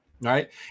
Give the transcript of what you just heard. right